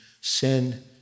sin